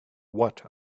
what